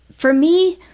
for me,